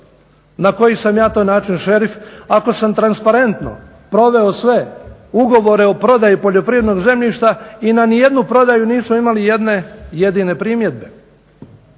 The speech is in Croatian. način sam ja to šerif ako sam transparentno proveo sve ugovore o prodaji poljoprivrednih zemljišta i na nijednu prodaju nismo imali jedne jedine primjedbe.